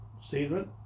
statement